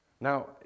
now